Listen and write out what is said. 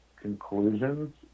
conclusions